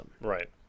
Right